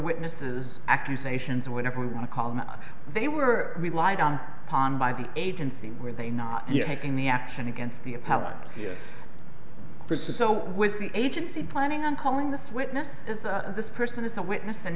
witnesses accusations whenever we want to call them they were relied on upon by the agency were they not taking the action against the appellant the princes so with the agency planning on calling this witness this person is a witness and